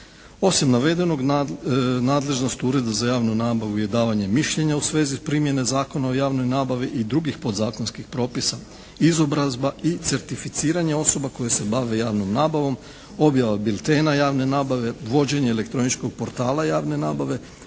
Osim navedenog nadležnost Ureda za javnu nabavu je davanje mišljenja u svezi primjene Zakona o javnoj nabavi i drugih podzakonskih propisa, izobrazba i certificiranje osoba koje se bave javnom nabavom, objava biltena javne nabave, vođenje elektroničkog portala javne nabave,